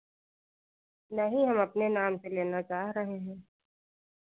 नहीं हम अपने नाम से लेना चाह रहे हैं